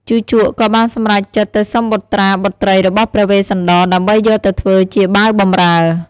ជូជកក៏បានសម្រេចចិត្តទៅសុំបុត្រាបុត្រីរបស់ព្រះវេស្សន្តរ ដើម្បីយកទៅធ្វើជាបាវបំរើ។